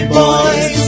boys